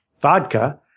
vodka